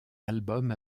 album